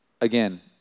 again